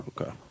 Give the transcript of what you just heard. Okay